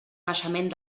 naixement